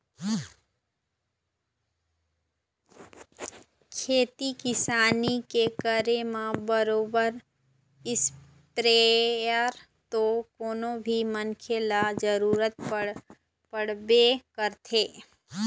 खेती किसानी के करे म बरोबर इस्पेयर तो कोनो भी मनखे ल जरुरत पड़बे करथे